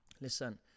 Listen